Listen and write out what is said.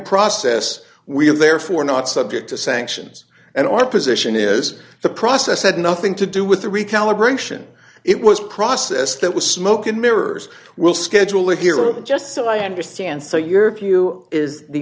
process we are therefore not subject to sanctions and our position is the process had nothing to do with the recalibration it was a process that was smoke and mirrors will schedule it here i'm just so i understand so your view is the